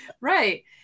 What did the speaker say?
Right